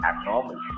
abnormal